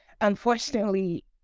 unfortunately